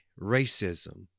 racism